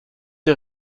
der